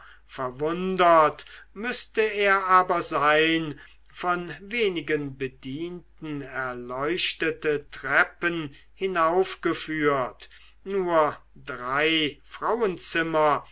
verwundert müßte er aber sein von wenigen bedienten erleuchtete treppen hinaufgeführt nur drei frauenzimmer